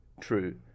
true